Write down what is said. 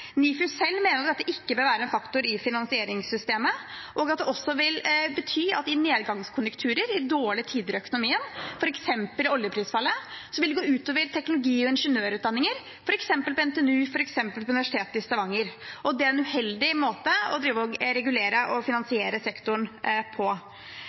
selv mener at dette ikke bør være en faktor i finansieringssystemet, og at det også vil bety at det i nedgangskonjunkturer, dårlige tider i økonomien, f.eks. oljeprisfall, vil gå ut over teknologi- og ingeniørutdanninger, bl.a. på NTNU og Universitetet i Stavanger. Det er en uheldig måte å regulere og finansiere sektoren på.